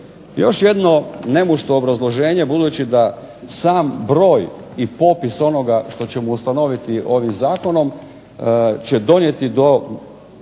razumije se./… obrazloženje, budući da sam broj i popis onoga što ćemo ustanoviti ovim zakonom, će donijeti do